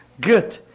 Good